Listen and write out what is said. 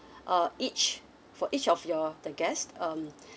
uh each for each of your the guest um